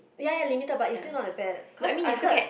ya ya limited but it's still not that bad cause I heard